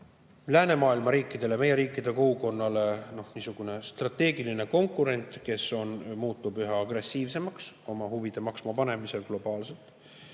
läänemaailma riikidele, meie riikide kogukonnale niisugune strateegiline konkurent, kes on muutunud üha agressiivsemaks oma huvide maksmapanemisel globaalselt.